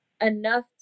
enough